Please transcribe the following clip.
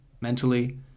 mentally